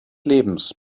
lebens